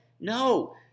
No